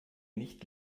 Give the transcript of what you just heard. nicht